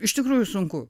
iš tikrųjų sunku